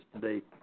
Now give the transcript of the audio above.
today